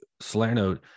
Salerno